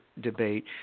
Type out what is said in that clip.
debate